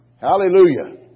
Hallelujah